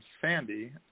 Sandy